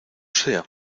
sea